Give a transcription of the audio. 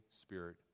Spirit